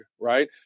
right